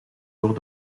door